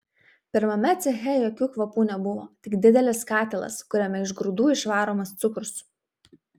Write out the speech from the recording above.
pirmame ceche jokių kvapų nebuvo tik didelis katilas kuriame iš grūdų išvaromas cukrus